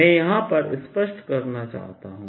मैं यहां पर स्पष्ट करना चाहता हूं